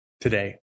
Today